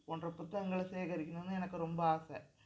போன்ற புத்தகங்களை சேகரிக்கணும்னு எனக்கு ரொம்ப ஆசை